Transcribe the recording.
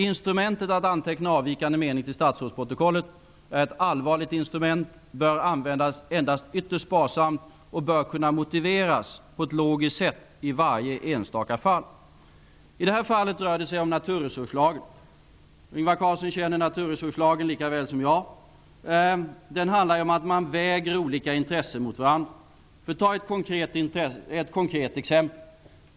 Instrumentet att anteckna avvikande mening till statsrådsprotokollet är ett allvarligt instrument, bör användas endast ytterst sparsamt och bör kunna motiveras på ett logiskt sätt i varje enstaka fall. I det här fallet rör det sig om naturresurslagen. Ingvar Carlsson känner till naturresurslagen lika väl som jag. Den handlar om att man väger olika intressen mot varandra. Jag kan ta ett konkret exempel.